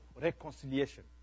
reconciliation